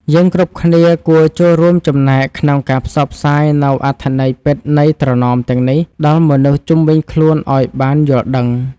យើងគ្រប់គ្នាគួរចូលរួមចំណែកក្នុងការផ្សព្វផ្សាយនូវអត្ថន័យពិតនៃត្រណមទាំងនេះដល់មនុស្សជុំវិញខ្លួនឱ្យបានយល់ដឹង។